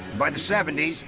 by the seventy s,